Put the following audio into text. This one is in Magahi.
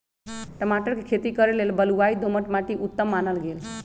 टमाटर कें खेती करे लेल बलुआइ दोमट माटि उत्तम मानल गेल